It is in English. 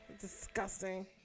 disgusting